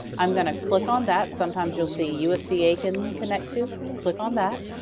i'm gonna click on that. sometimes you'll see usc aiken connect to click on that.